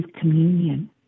communion